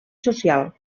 social